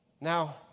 Now